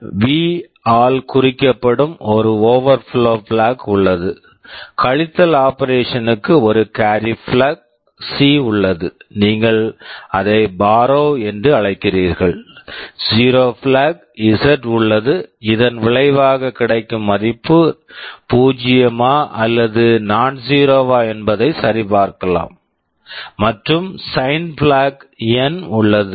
we V ஆல் குறிக்கப்படும் ஒரு ஓவெர்பிளோ பிளாக் overflow flag உள்ளது கழித்தல் ஆபரேஷன் operation ற்கு ஒரு carry carry flag flag C C உள்ளது நீங்கள் அதை பார்ரோவ் borrow என்று அழைக்கிறீர்கள் zero flag zero flag Z Z உள்ளது இதன் விளைவாக கிடைக்கும் மதிப்பானது பூஜ்ஜியமா அல்லது நான்சீரோ nonzero வா என்பதை சரி பார்க்கலாம் மற்றும் sign flag sign flag N N உள்ளது